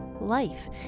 life